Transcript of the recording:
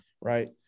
Right